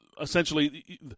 essentially